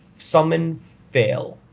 summon fail